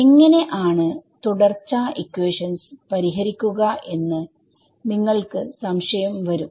എങ്ങനെ ആണ് തുടർച്ച ഇക്വേഷൻസ് പരിഹരിക്കുക എന്ന് നിങ്ങൾക്ക് സംശയം വരും